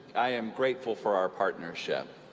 i am grateful for our partnership.